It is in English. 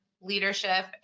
leadership